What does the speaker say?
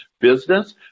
business